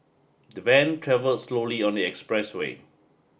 the van travelled slowly on the expressway